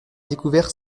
découvert